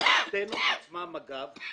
האנטנות עצמן, אגב,